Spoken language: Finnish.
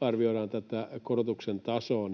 arvioidaan tätä korotuksen tasoa,